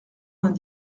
vingt